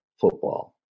football